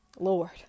Lord